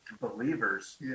believers